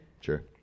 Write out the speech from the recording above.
Sure